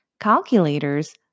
calculators